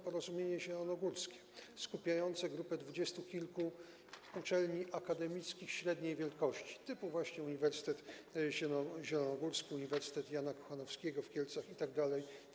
Porozumienie Zielonogórskie skupiające grupę dwudziestu kilku uczelni akademickich średniej wielkości, typu Uniwersytet Zielonogórski, Uniwersytet Jana Kochanowskiego w Kielcach itd.